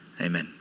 Amen